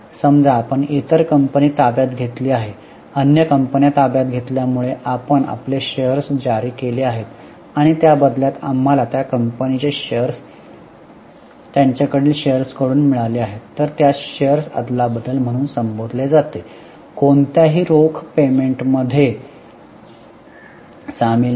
समजा आपण इतर कंपनी ताब्यात घेतली आहे अन्य कंपन्या ताब्यात घेतल्यामुळे आपण आपले शेअर्स जारी केले आहेत आणि त्या बदल्यात आम्हाला त्या कंपनीचे शेअर्स त्यांच्या कडील शेअर्स कडून मिळाले आहेत तर त्यास शेअर्स अदलाबदल म्हणून संबोधले जाते कोणत्याही रोख पेमेंटमध्ये सामील नाही